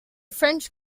french